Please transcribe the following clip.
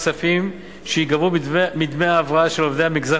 כספים שייגבו מדמי ההבראה של עובדי המגזר